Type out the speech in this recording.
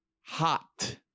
hot